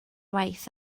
waith